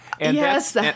Yes